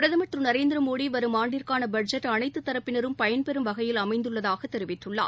பிரதமர் திரு நரேந்திரமோடி வரும் ஆண்டிற்கான பட்ஜெட் அனைத்து தரப்பினரும் பயன்பெறும் வகையில் அமைந்துள்ளதாக தெரிவித்துள்ளார்